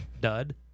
Dud